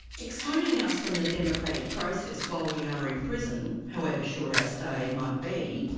excluding us from the democratic process while we are in prison, however short our stay might be,